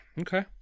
Okay